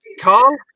Carl